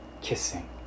kissing